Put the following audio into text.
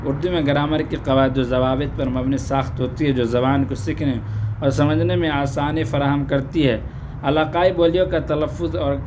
اردو میں گرامر کی قواعد و ضوابط پر منبی ساخت ہوتی ہے جو زبان کو سیکھنے اور سمجھنے میں آسانی فراہم کرتی ہے علاقائی بولیوں کا تلفظ اور